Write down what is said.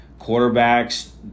Quarterbacks